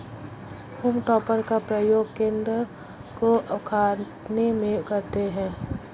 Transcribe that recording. home टॉपर का प्रयोग कन्द को उखाड़ने में करते हैं